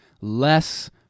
less